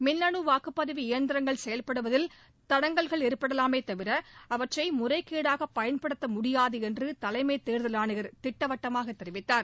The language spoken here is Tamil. மின்னு வாக்குப்பதிவு எந்திரங்கள் செயல்படுவதில் தடங்கல்கள் ஏற்படவாமே தவிர அவற்றை முறைகேடாக பயன்படுத்த முடியாது என்று தலைமை தேர்தல் ஆணையர் திட்டவட்டமாக தெரிவித்தார்